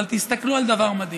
אבל תסתכלו על דבר מדהים: